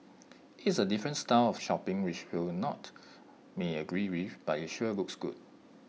is A different style of shopping which we'll not may agree with but IT sure looks good